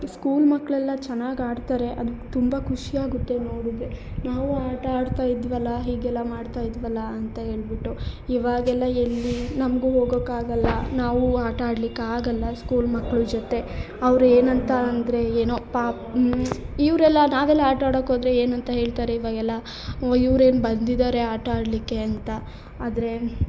school ಮಕ್ಕಳೆಲ್ಲ ಚೆನ್ನಾಗಿ ಆಡ್ತಾರೆ ಅದು ತುಂಬ ಖುಷಿ ಆಗುತ್ತೆ ನೋಡಿದ್ರೆ ನಾವೂ ಆಟ ಆಡ್ತಾ ಇದ್ವಲ್ಲ ಹೀಗೆಲ್ಲ ಮಾಡ್ತಾ ಇದ್ವಲ್ಲ ಅಂತ ಹೇಳ್ಬಿಟ್ಟು ಇವಾಗೆಲ್ಲ ಎಲ್ಲಿ ನಮಗೂ ಹೋಗಕ್ಕಾಗಲ್ಲ ನಾವೂ ಆಟ ಆಡ್ಲಿಕ್ಕೆ ಆಗಲ್ಲ ಸ್ಕೂಲ್ ಮಕ್ಕಳು ಜೊತೆ ಅವ್ರು ಏನಂತ ಅಂದರೆ ಏನೋ ಪಾ ಇವರೆಲ್ಲ ನಾವೆಲ್ಲ ಆಟ ಆಡೋಕ್ಕೋದರೆ ಏನಂತ ಹೇಳ್ತಾರೆ ಇವಾಗೆಲ್ಲ ಓ ಇವ್ರೇನು ಬಂದಿದ್ದಾರೆ ಆಟ ಆಡಲಿಕ್ಕೆ ಅಂತ ಆದರೆ